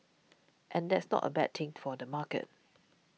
and that's not a bad thing for the market